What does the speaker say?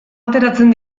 ateratzen